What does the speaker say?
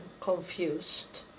confused